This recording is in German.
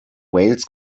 wales